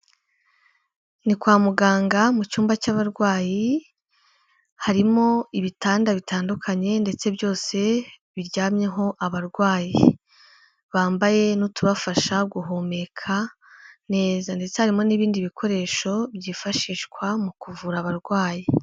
Ni kwa muganga mu cyumba cy'abarwayi, harimo ibitanda bitandukanye ndetse byose biryamyeho abarwayi, bambaye n'utubafasha guhumeka neza ndetse harimo n'ibindi bikoresho byifashishwa mu kuvura abarwayi.